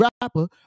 rapper